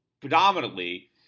predominantly